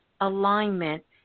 alignment